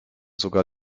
sogar